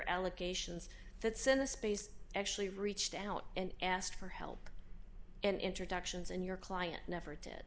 allegations that send the space actually reached out and asked for help and introductions and your client never did